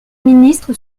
ministre